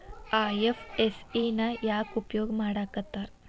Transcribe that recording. IFSC ನ ಯಾಕ್ ಉಪಯೊಗ್ ಮಾಡಾಕತ್ತಾರ?